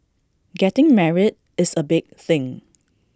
getting married is A big thing